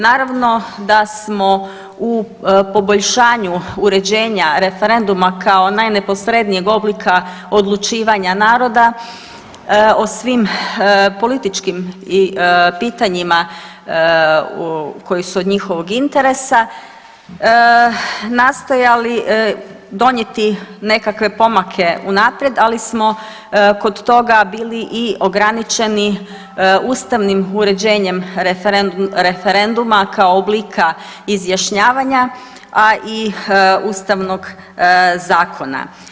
Naravno da smo u poboljšanju uređenja referenduma kao najneposrednijeg oblika odlučivanja naroda o svim političkim i pitanjima koji su od njihovog interesa nastojali donijeti nekakve pomake unaprijed, ali smo kod toga bili i ograničeni ustavnim uređenjem referenduma kao oblika izjašnjavanja, a i Ustavnog zakona.